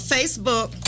Facebook